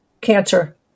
cancer